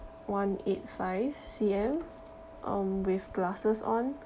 one eight five C_M um with glasses on